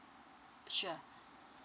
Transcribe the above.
sure